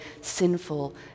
sinful